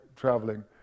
traveling